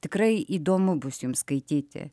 tikrai įdomu bus jum skaityti